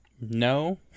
No